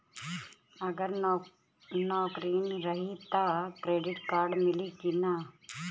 अगर नौकरीन रही त क्रेडिट कार्ड मिली कि ना?